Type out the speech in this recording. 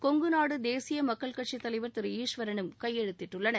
கொங்குநாடு தேசிய மக்கள் கட்சித் தலைவர் திரு ஈஸ்வரனும் கையெழுத்திட்டுள்ளனர்